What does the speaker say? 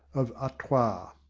of artois.